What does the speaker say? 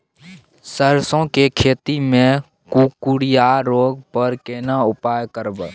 सरसो के खेती मे कुकुरिया रोग पर केना उपाय करब?